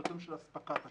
ואתם של אספקת השירותים.